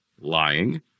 lying